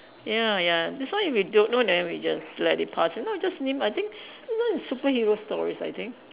ya ya this one if we don't know then we just let it pass if not we just name I think this one is superhero stories I think